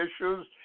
issues